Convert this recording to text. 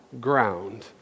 ground